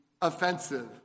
offensive